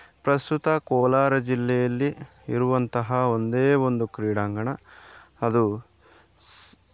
ಪ್ರಸ್ತುತ ಕೋಲಾರ ಜಿಲ್ಲೆಯಲ್ಲಿ ಇರುವಂತಹ ಒಂದೇ ಒಂದು ಕ್ರೀಡಾಂಗಣ ಅದು